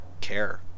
care